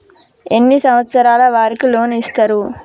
ఎన్ని సంవత్సరాల వారికి లోన్ ఇస్తరు?